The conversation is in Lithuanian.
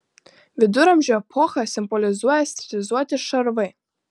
viduramžių epochą simbolizuoja stilizuoti šarvai